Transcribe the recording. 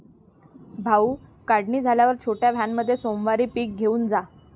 भाऊ, काढणी झाल्यावर छोट्या व्हॅनमध्ये सोमवारी पीक घेऊन जा